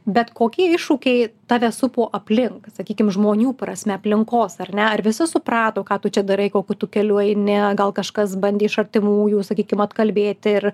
bet kokie iššūkiai tave supo aplink sakykim žmonių prasme aplinkos ar ne ar visi suprato ką tu čia darai kokiu tu keliu eini gal kažkas bandė iš artimųjų sakykim atkalbėti ir